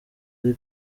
ari